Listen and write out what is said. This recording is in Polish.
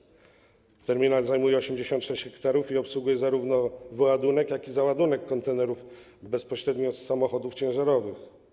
Terminal zajmuje 86 ha i obsługuje zarówno wyładunek, jak i załadunek kontenerów bezpośrednio z samochodów ciężarowych.